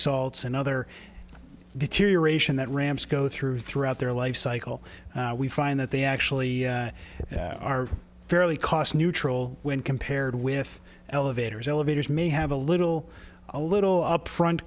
salts and other deterioration that ramps go through throughout their life cycle we find that they actually are fairly cost neutral when compared with elevators elevators may have a little a little upfront